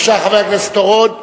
בבקשה, חבר הכנסת אורון.